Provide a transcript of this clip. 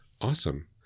awesome